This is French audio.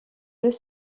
deux